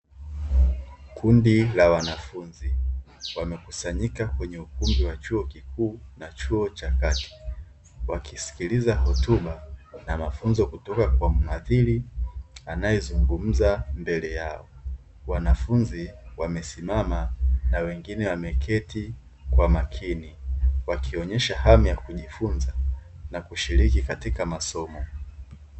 kundi la wanafunzi wamekusanyika kwenye ukumbi wa chuo kikuu na chuo cha kati, wakisikiliza hotuba na mafunzo kutoka kwa mhadhiri anayezungumza mbele yao. Wanafunzi wamesimama na wengine wameketi kwa makini wakionesha hamu ya kujifunza na kushiriki katika masomo.